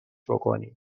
بکنی